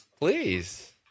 Please